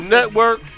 Network